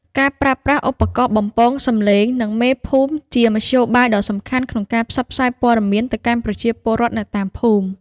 ការប្រើប្រាស់ឧបករណ៍បំពងសំឡេង និងមេភូមិជាមធ្យោបាយដ៏សំខាន់ក្នុងការផ្សព្វផ្សាយព័ត៌មានទៅកាន់ប្រជាពលរដ្ឋនៅតាមភូមិ។